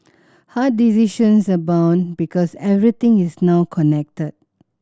hard decisions abound because everything is now connected